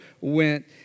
went